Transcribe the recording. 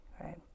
right